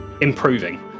improving